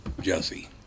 Jesse